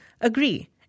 agree